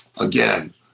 again